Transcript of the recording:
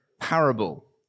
parable